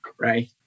Right